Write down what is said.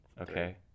Okay